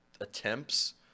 attempts